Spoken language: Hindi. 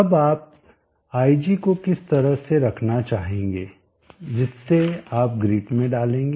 अब आप ig को किस तरह से रखना चाहेंगे जिसे आप ग्रिड में डालेंगे